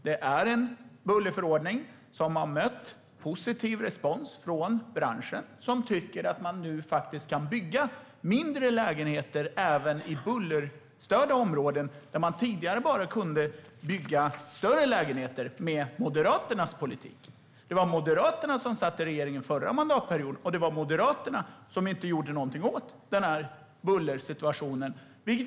Det är en bullerförordning som har mött positiv respons från branschen, som tycker att man nu faktiskt kan bygga även mindre lägenheter i bullerstörda områden där man tidigare bara kunde bygga större lägenheter, med Moderaternas politik. Det var Moderaterna som satt i regeringen under den förra mandatperioden, och det var Moderaterna som inte gjorde någonting åt denna bullersituation.